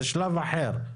זה שלב אחר.